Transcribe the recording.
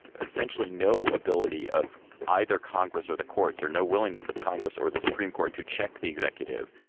essentially no ability of either congress or the courts or no willingness of congress or the supreme court to check the executive.